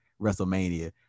WrestleMania